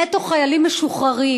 נטו חיילים משוחררים.